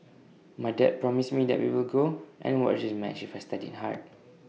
my dad promised me that we will go and watch this match if I studied hard